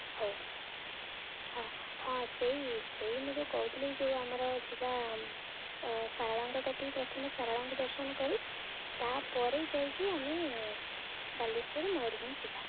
ହଉ ହଁ ହଁ ସେଇ ସେଇ ମୁଁ ଯେଉଁ କହୁଥିଲି ଯେଉଁ ଆମର ଯିବା ସାରଳାଙ୍କ କତିକି ପ୍ରଥମେ ସାରାଳାଙ୍କୁ ଦର୍ଶନ କରି ତା'ପରେ ଯାଇକି ଆମେ ବାଲେଶ୍ଵର ମୟୂରଭଞ ଯିବା